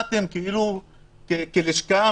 אתם כלשכה,